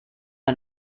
the